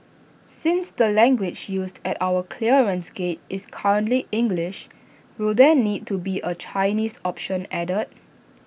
since the language used at our clearance gates is currently English will there need to be A Chinese option added